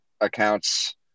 accounts